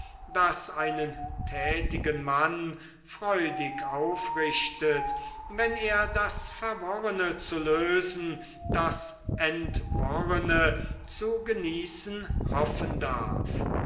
das einen tätigen mann freudig aufrichtet wenn er das verworrene zu lösen als entworren vor sich zu sehen hoffen darf